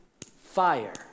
fire